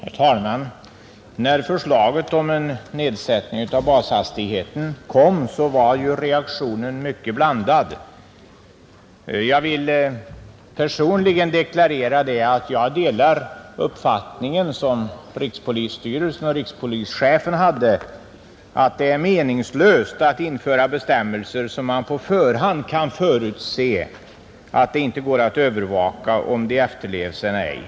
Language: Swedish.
Herr talman! När förslaget om en sänkning av bashastigheten kom var ju reaktionen mycket blandad. Jag vill personligen deklarera att jag delar den uppfattning som rikspolisstyrelsen och rikspolischefen hade, att det är meningslöst att införa bestämmelser av sådan innebörd att man kan förutse att det inte går att övervaka om de efterlevs eller ej.